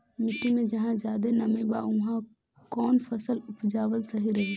मिट्टी मे जहा जादे नमी बा उहवा कौन फसल उपजावल सही रही?